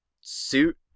suit